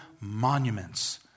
monuments